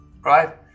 right